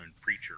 preacher